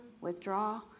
withdraw